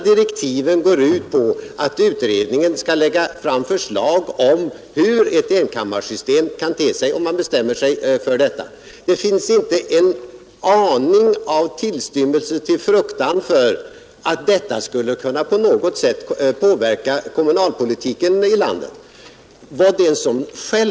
Direktiven går ut på att utredningen skall lägga fram förslag till ett enkammarsystem, om man bestämmer sig för detta. Där finns inte en tillstymmelse till fruktan för att detta på något sätt skulle kunna påverka kommunalpolitiken i landet.